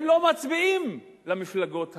הם לא מצביעים למפלגות האלה,